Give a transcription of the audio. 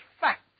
fact